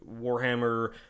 Warhammer